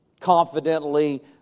confidently